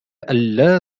ألّا